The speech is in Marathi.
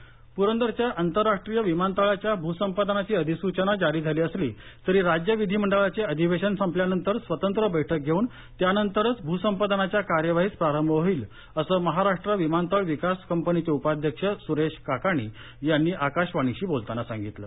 विमानतळ भुसंपादन प्रदरच्या आंतरराष्ट्रीय विमानतळाच्या भूसंपादनाची अधिसूचना जारी झाली असली तरी राज्य विधिमंडळाचे अधिवेशन संपल्यानंतर स्वतंत्र बैठक होऊन त्यानंतरच भूसंपादनाच्या कार्यवाहीस प्रारंभ होईल असं महाराष्ट्र विमानतळ विकास कंपनीचे उपाध्यक्ष सुरेश काकाणी यांनी आकाशवाणीशी बोलताना सांगितलं